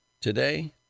today